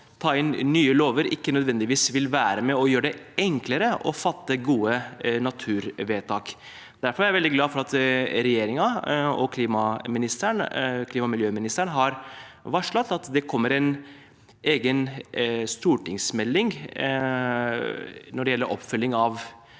ta inn nye lover ikke nødvendigvis vil være med og gjøre det enklere å fatte gode naturvedtak. Derfor er jeg veldig glad for at regjeringen og klima- og miljøministeren har varslet at det kommer en egen stortingsmelding når det gjelder oppfølging av